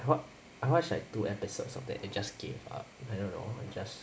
what I watched like two episodes of that and just gave up I don't know just